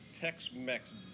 Tex-Mex